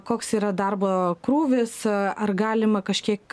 koks yra darbo krūvis ar galima kažkiek